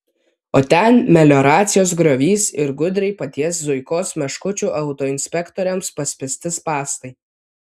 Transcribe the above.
o ten melioracijos griovys ir gudriai paties zuikos meškučių autoinspektoriams paspęsti spąstai